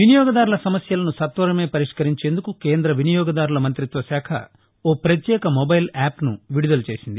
వినియోగదారుల సమస్యలను సత్వరమే పరిష్కరించేందుకు కేంద వినియోగదారుల మంతిత్వ శాఖ ఓ పత్యేక మొబైల్ యాప్ను విడుదల చేసింది